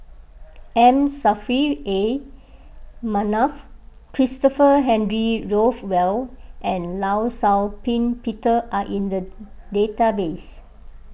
M Saffri A Manaf Christopher Henry Rothwell and Law Shau Ping Peter are in the database